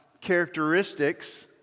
characteristics